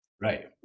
Right